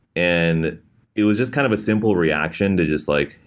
and it was just kind of a simple reaction to just like,